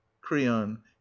creon